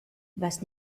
was